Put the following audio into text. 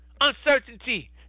uncertainty